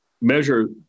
measure